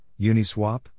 Uniswap